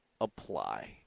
apply